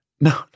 no